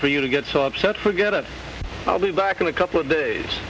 for you to get so upset forget it i'll be back in a couple of days